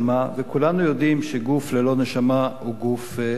וכולנו יודעים שגוף ללא נשמה הוא גוף מת.